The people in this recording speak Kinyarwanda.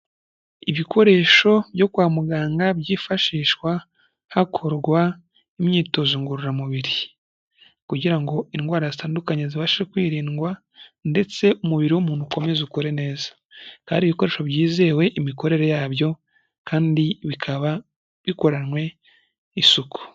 Ibikoresho byo kwa muganga byifashishwa hakorwa imyitozo ngororamubiri. Kugira ngo indwara zitandukanye zibashe kwirindwa ndetse umubiri w'umuntu ukomeze ukore neza. Hari ibikoresho byizewe imikorere yabyo kandi bikaba bikoranywe isuku.